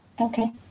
Okay